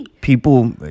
people